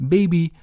Baby